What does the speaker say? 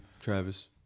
Travis